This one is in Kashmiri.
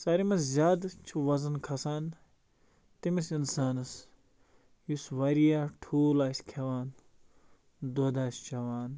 سارِوٕے مَنٛز زیادٕ چھُ وَزَن کھَسان تٔمِس اِنسانَس یُس واریاہ ٹھوٗل آسہِ کھیٚوان دۄد آسہِ چیٚوان